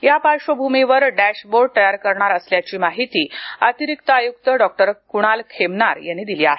या पार्श्वभूमीवर डॅशबोर्ड तयार करणार असल्याची माहिती अतिरिक्त आयुक्त डॉक्टर कुणाल खेमनार यांनी दिली आहे